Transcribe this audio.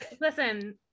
Listen